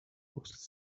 was